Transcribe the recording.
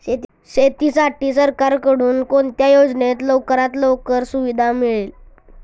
शेतीसाठी सरकारकडून कोणत्या योजनेत लवकरात लवकर सुविधा मिळते?